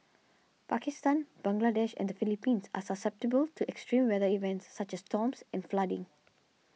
Pakistan Bangladesh and the Philippines are susceptible to extreme weather events such as storms and flooding